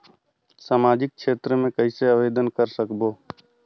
समाजिक क्षेत्र मे कइसे आवेदन कर सकबो?